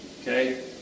Okay